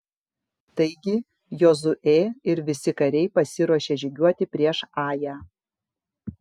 taigi jozuė ir visi kariai pasiruošė žygiuoti prieš ają